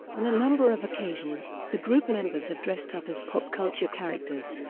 on a number of occasions, the group members have dressed up as pop culture characters,